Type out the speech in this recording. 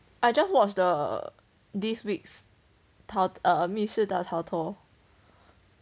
I just watch the this week's 密室大逃脱